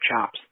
chops